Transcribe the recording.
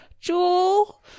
jewel